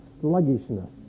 sluggishness